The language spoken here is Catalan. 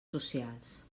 socials